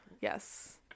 Yes